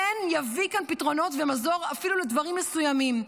כן יביא כאן פתרונות ומזור אפילו לדברים מסוימים.